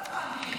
לא הבנתי,